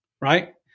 right